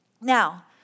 Now